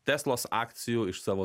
teslos akcijų iš savo